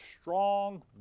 strong